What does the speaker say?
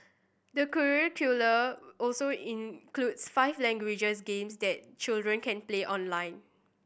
the curricula also includes five languages games that children can play online